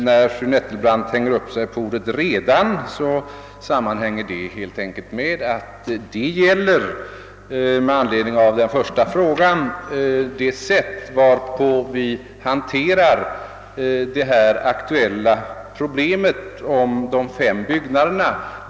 När nu fru Nettelbrandt hakar upp sig på ordet »redan» vill jag säga, att det helt enkelt sammanhänger med den första frågan i hennes interpellation om det sätt varpå vi hanterar det aktuella problemet om de fem byggnaderna.